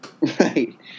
Right